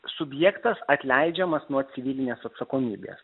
subjektas atleidžiamas nuo civilinės atsakomybės